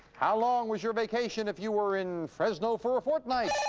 how long was your vacation if you were in fresno for a fortnight?